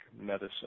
medicine